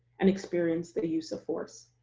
and experience the use of force.